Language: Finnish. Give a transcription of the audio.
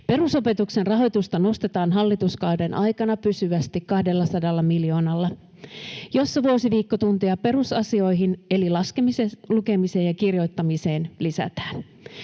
Perusopetuksen rahoitusta nostetaan hallituskauden aikana pysyvästi 200 miljoonalla, jolla vuosiviikkotunteja perusasioihin, eli laskemiseen, lukemiseen ja kirjoittamiseen, lisätään.